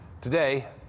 Today